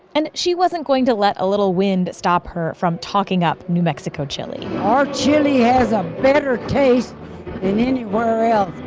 and she wasn't going to let a little wind stop her from talking up new mexico chili our chili has a better taste than anywhere else,